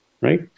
right